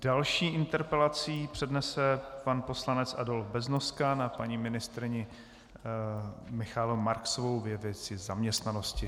Další interpelaci přednese pan poslanec Adolf Beznoska na paní ministryni Michaelu Marksovou ve věci zaměstnanosti.